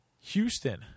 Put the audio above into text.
Houston